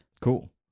Cool